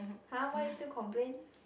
!huh! why still complain